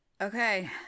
Okay